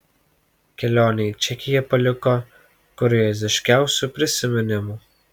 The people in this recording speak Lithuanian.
kelionė į čekiją paliko kurioziškiausių prisiminimų